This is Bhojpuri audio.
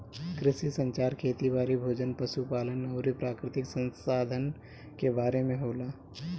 कृषि संचार खेती बारी, भोजन, पशु पालन अउरी प्राकृतिक संसधान के बारे में होला